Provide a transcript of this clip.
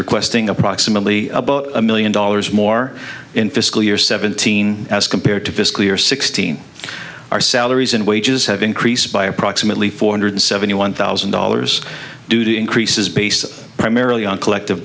requesting approximately a million dollars more in fiscal year seventeen as compared to fiscally or sixteen our salaries and wages have increased by approximately four hundred seventy one thousand dollars due to increases based primarily on collective